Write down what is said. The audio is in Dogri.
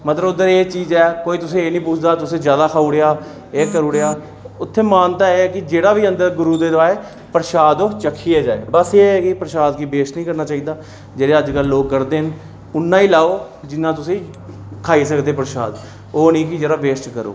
मतलब उद्धर एह् चीज ऐ कोई तुसें गी एह् निं पुछदा तुसें जैदा खाई ओड़ेआ एह् करी ओड़ेआ उत्थै मानता ऐ कि जेह्ड़ा बी अंदर गुरू दे जा प्रसाद ओह् चक्खियै जा बस एह् ऐ कि प्रसाद गी वेस्ट निं करना चाहिदा जेह्ड़े अजकल लोग करदे न उन्ना ई लैओ जिन्ना तुसें गी खाई सकदे प्रसाद ओह् निं कि जेह्ड़ा वेस्ट करो